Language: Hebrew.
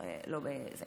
כן.